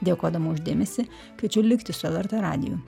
dėkodama už dėmesį kviečiu likti su lrt radiju